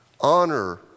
honor